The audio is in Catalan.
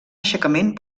aixecament